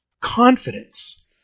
confidence